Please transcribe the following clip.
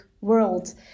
world